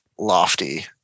lofty